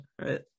right